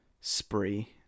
spree